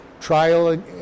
trial